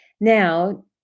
Now